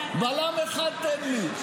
בלם אחד תן לי.